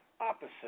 opposite